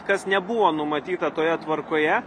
kas nebuvo numatyta toje tvarkoje